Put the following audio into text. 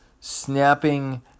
Snapping